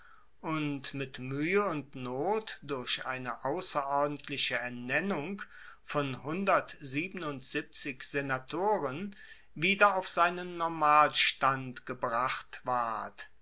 und mit muehe und not durch eine ausserordentliche ernennung von senatoren wieder auf seinen normalstand gebracht ward